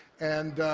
and,